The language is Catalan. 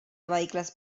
vehicles